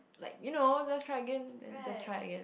like you know just try again then just try again